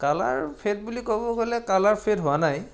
colour fade বুলি ক'ব গ'লে কালাৰ ফেড হোৱা নাই